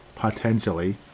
potentially